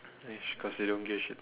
eh she got say don't give a shit